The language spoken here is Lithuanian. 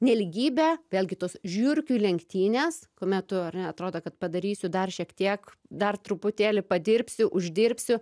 nelygybė vėlgi tos žiurkių lenktynės kuomet tu ar ne atrodo kad padarysiu dar šiek tiek dar truputėlį padirbsi uždirbsiu